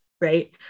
right